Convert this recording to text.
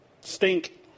stink